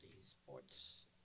sports